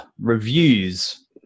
reviews